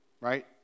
right